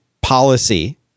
policy